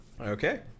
Okay